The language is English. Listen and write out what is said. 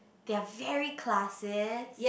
they are varied classes